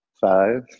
Five